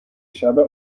شبه